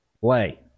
play